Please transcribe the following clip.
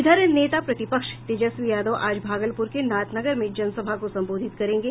इधर नेता प्रतिपक्ष तेजस्वी यादव आज भागलपुर के नाथ नगर में जनसभा को संबोधित करेंगे